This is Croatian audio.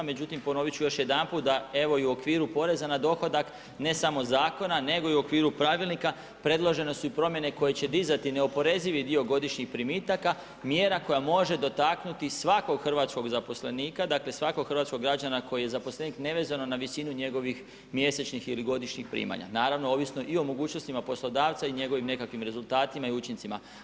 Međutim ponoviti ću još jedanput da evo i u okviru poreza na dohodak, ne samo zakona nego i u okviru pravilnika, predložene su i promjene koje će dizati neoporezivi dio godišnjih primitaka, mjera koja može dotaknuti svakog hrvatskog zaposlenika, dakle svakog hrvatskog građana koji je zaposlenik nevezano na visinu njegovih mjesečnih ili godišnjih primanja, naravno ovisno i o mogućnostima poslodavca i njegovim nekakvim rezultatima i učincima.